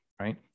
right